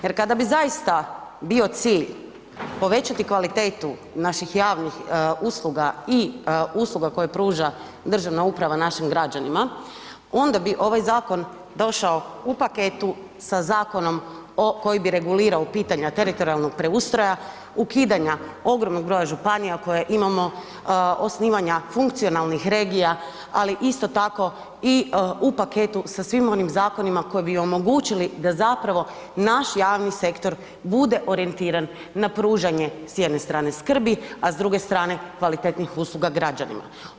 Jer kada bi zaista bio cilj povećati kvalitetu naših javnih usluga i usluga koje pruža državna uprava našim građanima onda bi ovaj zakon došao u paketu sa zakonom koji bi regulirao pitanja teritorijalnog preustroja, ukidanja ogromnog broja županija koje imamo, osnivanja funkcionalnih regija, ali isto tako i u paketu sa svim onim zakonima koji bi omogućili da naš javni sektor bude orijentiran na pružanje s jedne strane skrbi, a s druge strane kvalitetnih usluga građanima.